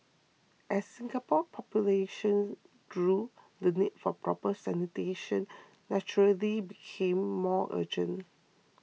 as Singapore's population grew the need for proper sanitation naturally became more urgent